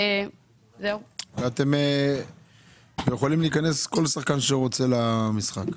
כל שחקן שרוצה יכול להיכנס למשחק.